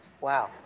Wow